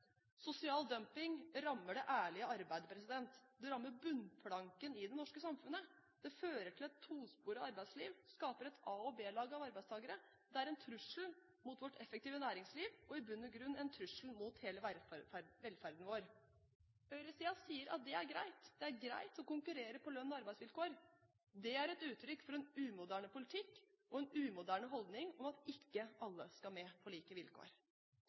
Sosial dumping rammer det ærlige arbeidet. Det rammer bunnplanken i det norske samfunnet. Det fører til et tosporet arbeidsliv, og det skaper et A- og B-lag av arbeidstakere. Det er en trussel mot vårt effektive næringsliv og er i bunn og grunn en trussel mot hele velferden vår. Høyresiden sier at det er greit å konkurrere på lønns- og arbeidsvilkår. Det er et utrykk for en umoderne politikk og en umoderne holdning om at ikke alle skal med på like vilkår.